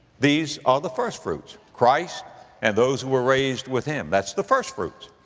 these are the firstfruits. christ and those who were raised with him. that's the firstfruits.